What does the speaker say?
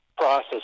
Process